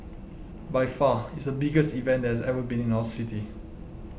by far it's the biggest event that has ever been in our city